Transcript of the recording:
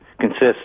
consists